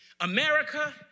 America